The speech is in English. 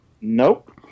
Nope